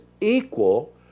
equal